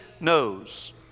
knows